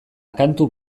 kantu